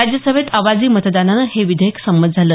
राज्यसभेत आवाजी मतदानानं हे विधेयक संमत झालं